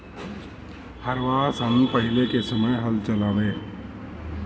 हरवाह सन पहिले के समय हल चलावें